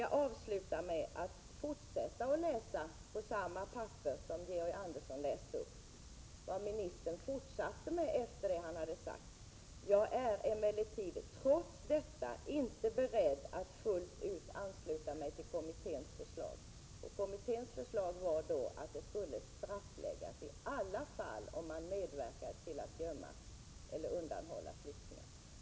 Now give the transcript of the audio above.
Jag vill sluta med att läsa från samma papper som Georg Andersson läste om vad ministern sade: Jag är emellertid trots detta inte beredd att fullt ut ansluta mig till kommitténs förslag. Kommitténs förslag var att medverkan till att gömma eller undanhålla flyktingar i alla fall skulle straffbeläggas.